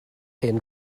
hen